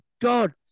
God